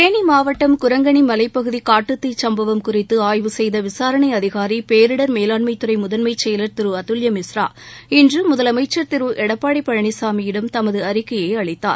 தேனி மாவட்டம் குரங்கனி மலைப்பகுதி காட்டுத்தீ சம்பவம் குறித்து ஆய்வு செய்த விசாரணை அதிகாரி பேரிடர் மேலாண்மைத்துறை முதன்மைச்செயல் திரு அதுவ்யமிஸ்ரா இன்று முதலமைச்சர் திரு எடப்பாடி பழனிசாமியிடம் தமது அறிக்கையை அளித்தார்